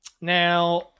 now